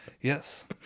Yes